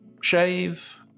shave